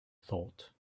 thought